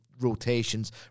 Rotations